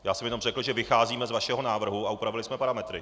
Já jsem jenom řekl, že vycházíme z vašeho návrhu a upravili jsme parametry.